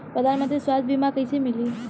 प्रधानमंत्री स्वास्थ्य बीमा कइसे मिली?